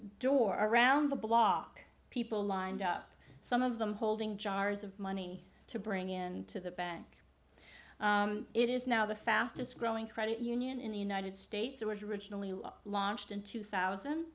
door around the block people lined up some of them holding jars of money to bring into the bank it is now the fastest growing credit union in the united states it was originally launched in two